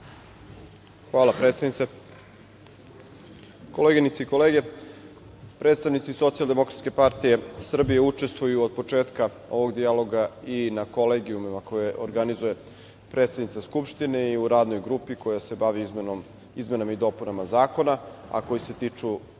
predsednice. Koleginice i kolege, predsednici Socijaldemokratske partije Srbije učestvuju od početka ovog dijaloga i na kolegijumima koje organizuje predsednica Skupštine i u Radnoj grupi koja se bavi izmenama i dopunama zakona, a koja se tiču